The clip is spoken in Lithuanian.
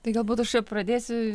tai galbūt aš pradėsiu